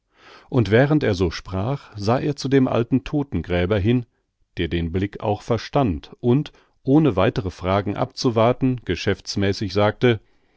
und während er so sprach sah er zu dem alten todtengräber hinüber der den blick auch verstand und ohne weitere fragen abzuwarten geschäftsmäßig sagte